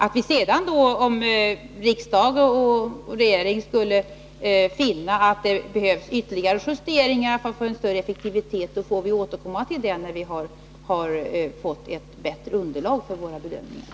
Om riksdag och regering sedan skulle finna att det behövs ytterligare justeringar för att få en större effektivitet, får vi återkomma till det när vi har fått ett bättre underlag för våra bedömningar.